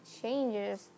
changes